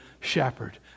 shepherd